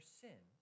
sin